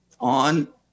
on